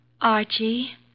Archie